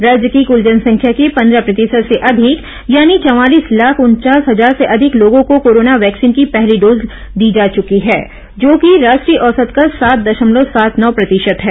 राज्य की कृल जनसंख्या के पन्द्रह प्रतिशत से अधिक यानि चवालीस लाख उनचास हजार से अधिक लोगों को कोरोना वैक्सीन की पहली डोज दी जा चुकी है जो कि राष्ट्रीय औसत का सात दशमलव सात नौ प्रतिशत है